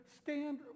stand